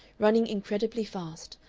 running incredibly fast,